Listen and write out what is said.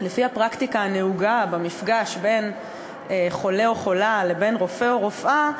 לפי הפרקטיקה הנהוגה במפגש בין חולֶה או חולָה לבין רופא או רופאה,